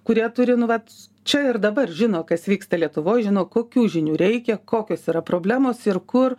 kurie turi nu vat čia ir dabar žino kas vyksta lietuvoj žino kokių žinių reikia kokios yra problemos ir kur